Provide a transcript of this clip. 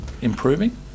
improving